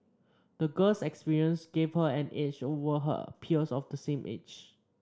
the girl's experience gave her an edge over her peers of the same age